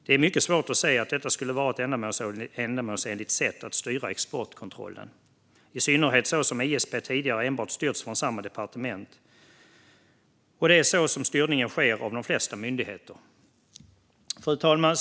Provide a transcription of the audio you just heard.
Det är mycket svårt att se att detta skulle vara ett ändamålsenligt sätt att styra exportkontrollen, i synnerhet som ISP tidigare enbart styrts från samma departement och det är så som styrningen av de flesta myndigheter går till. Fru talman!